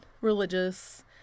religious